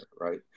right